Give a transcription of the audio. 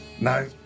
No